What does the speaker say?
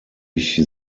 ich